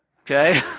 Okay